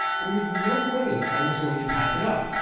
there was no way i was going to pass it up.